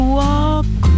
walk